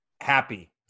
happy